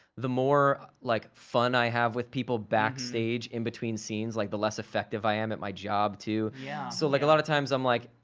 the more like fun i have with people backstage, in between scenes, like the less effective i am at my job, too. yeah, yeah. so like a lot of times i'm like,